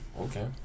okay